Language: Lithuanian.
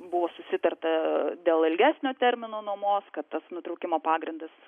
buvo susitarta dėl ilgesnio termino nuomos kad tas nutraukimo pagrindas